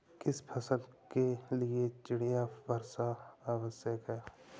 किस फसल के लिए चिड़िया वर्षा आवश्यक है?